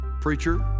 Preacher